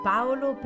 Paolo